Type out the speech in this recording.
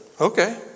okay